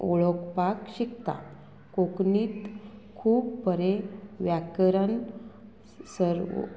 शिकता कोंकणींत खूब बरें व्याकरण सर्व